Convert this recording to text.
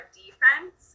defense